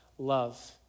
love